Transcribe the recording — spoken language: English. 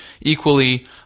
equally